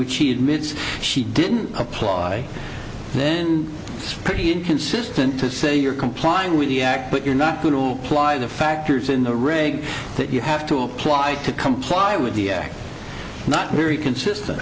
which he admits she didn't apply then it's pretty inconsistent to say you're complying with the act but you're not going to ply the factors in the ring that you have to apply to comply with the not very consistent